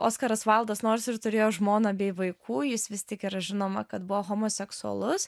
oskaras vaildas nors ir turėjo žmoną bei vaikų jis vis tiek yra žinoma kad buvo homoseksualus